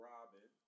Robin